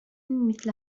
مثل